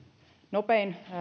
nopein